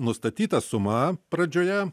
nustatyta suma pradžioje